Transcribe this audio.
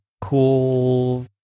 cool